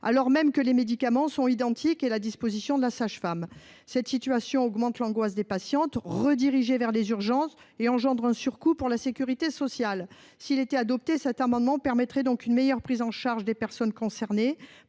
alors même que les médicaments sont identiques et à la disposition de la sage-femme. Cette situation accroît l'angoisse des patientes, redirigées vers les urgences, et crée un surcoût pour la sécurité sociale. S'il était adopté, cet amendement permettrait une meilleure prise en charge des personnes concernées